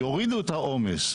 יורידו את העומס.